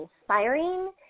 inspiring